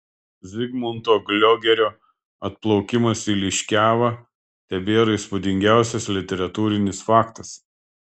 zigmunto gliogerio atplaukimas į liškiavą tebėra įspūdingiausias literatūrinis faktas